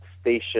station